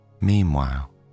Meanwhile